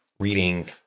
reading